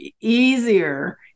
easier